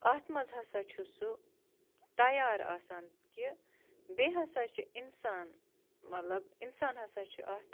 اَتھ منٛز ہسا چھُ سُہ تیار آسان کہِ بیٚیہِ ہسا چھِ اِنسان مطلب اِنسان ہسا چھِ اَتھ